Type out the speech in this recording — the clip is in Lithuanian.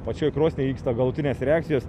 pačioj krosny vyksta galutinės reakcijos